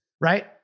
Right